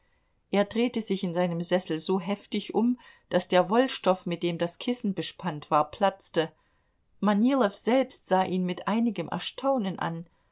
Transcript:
er drehte sich in seinem sessel so heftig um daß der wollstoff mit dem das kissen bespannt war platzte manilow selbst sah ihn mit einigem erstaunen an